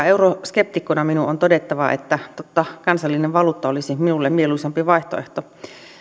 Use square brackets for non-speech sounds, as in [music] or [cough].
[unintelligible] euroskeptikkona minun on todettava että totta kansallinen valuutta olisi minulle mieluisampi vaihtoehto